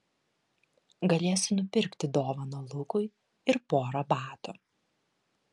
galėsiu nupirkti dovaną lukui ir porą batų